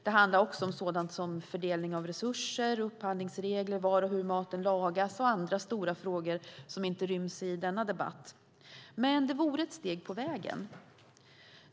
Det handlar också om sådant som fördelning av resurser, upphandlingsregler, var och hur maten lagas och andra stora frågor som inte ryms i denna debatt. Men det vore ett steg på vägen.